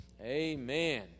Amen